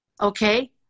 okay